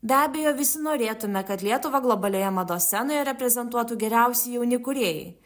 be abejo visi norėtume kad lietuvą globalioje mados scenoje reprezentuotų geriausi jauni kūrėjai